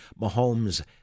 Mahomes